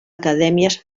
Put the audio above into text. acadèmies